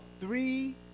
three